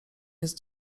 jest